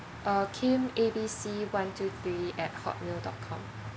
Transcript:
uh kim A B C one two three at hotmail dot com